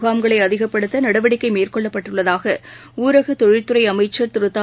முகாம்களைஅதிகப்படுத்தநடவடிக்கைமேற்கொள்ளப்பட்டுள்ளதாகஊரகதொழில்துறைஅமைச்சர் திருதா